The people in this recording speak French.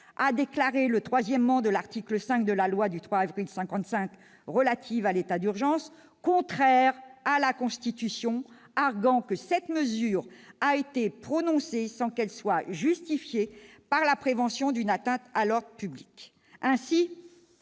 a déclaré le 3° de l'article 5 de la loi du 3 avril 1955 relative à l'état d'urgence contraire à la Constitution, arguant que cette mesure avait été prononcée sans qu'elle soit justifiée par la prévention d'une atteinte à l'ordre public.